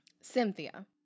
Cynthia